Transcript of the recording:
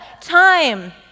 time